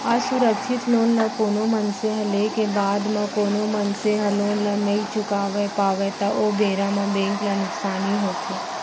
असुरक्छित लोन ल कोनो मनसे ह लेय के बाद म कोनो मनसे ह लोन ल नइ चुकावय पावय त ओ बेरा म बेंक ल नुकसानी होथे